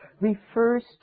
refers